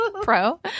Pro